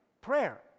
Prayer